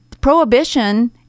Prohibition